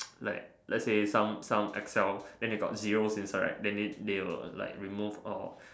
like let's say some some Excel then they got zeros inside then they they'll like remove all